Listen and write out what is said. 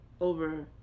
over